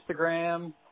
Instagram